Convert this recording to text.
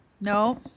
No